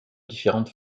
différentes